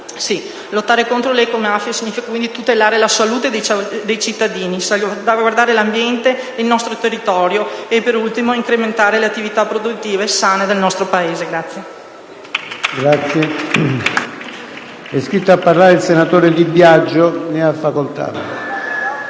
Lottare contro le ecomafie significa quindi tutelare la salute dei cittadini, salvaguardare l'ambiente e il nostro territorio e, da ultimo, incrementare le attività produttive sane del nostro Paese.